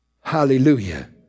Hallelujah